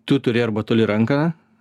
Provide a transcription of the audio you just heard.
tu turi arba toli ranką